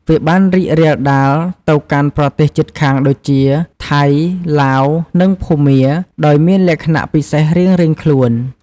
វាបានរីករាលដាលទៅកាន់ប្រទេសជិតខាងដូចជា ថៃ ឡាវ និងភូមា ដោយមានលក្ខណៈពិសេសរៀងៗខ្លួន។